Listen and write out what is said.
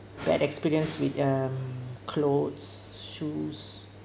bad experience with um clothes shoes